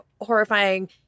horrifying